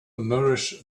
nourish